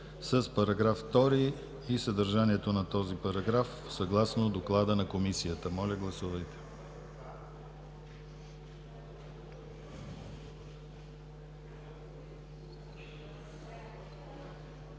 с § 2 и съдържанието на този параграф, съгласно доклада на Комисията. Моля, гласувайте.